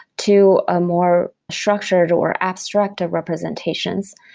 to a more structured, or abstracted representations.